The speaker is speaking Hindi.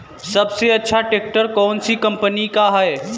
सबसे अच्छा ट्रैक्टर कौन सी कम्पनी का है?